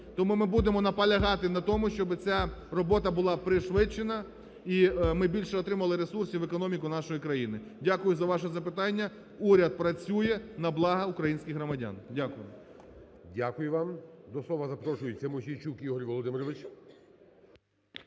Тому ми будемо наполягати на тому, щоби ця робота була пришвидшена і ми більше отримали ресурсів в економіку нашої країни. Дякую за ваші запитання. Уряд працює на благо українських громадян. Дякую. ГОЛОВУЮЧИЙ. Дякую вам. До слова запрошується Мосійчук Ігор Володимирович.